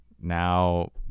now